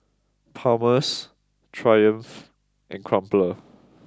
Palmer's Triumph and Crumpler